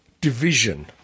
Division